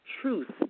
truth